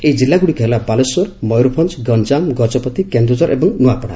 ଏହି ଜିଲ୍ଲାଗୁଡିକ ହେଲା ବାଲେଶ୍ୱର ମୟରଭଞ୍ଚ ଗଞ୍ଚାମ ଗଜପତି କେନ୍ଦୁଝର ଏବଂ ନୃଆପଡା